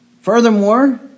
Furthermore